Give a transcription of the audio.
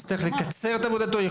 יצטרך לקצר את עבודתו?